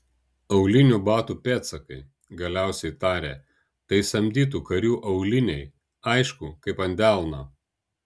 aulinių batų pėdsakai galiausiai tarė tai samdytų karių auliniai aišku kaip ant delno